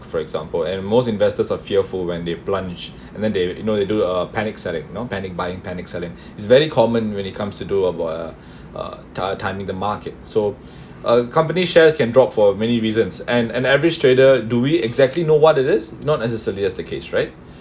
for example and most investors are fearful when they plunge and then they you know they do a panic selling you know panic buying panic selling it's very common when it comes to do about uh ti~ timing the market so a company shares can drop for many reasons and an average trader do we exactly know what it is not necessarily as the case right